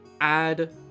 add